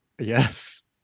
Yes